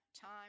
time